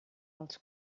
els